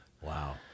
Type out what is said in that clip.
Wow